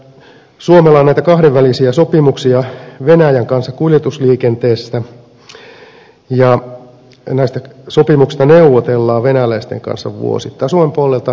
suomella on näitä kahdenvälisiä sopimuksia venäjän kanssa kuljetusliikenteestä ja näistä sopimuksista neuvotellaan venäläisten kanssa vuosittain